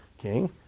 king